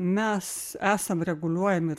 mes esam reguliuojami